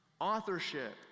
authorship